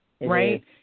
right